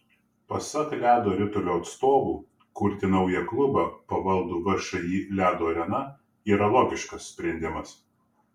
pasak ledo ritulio atstovų kurti naują klubą pavaldų všį ledo arena yra logiškas sprendimas